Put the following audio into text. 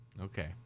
Okay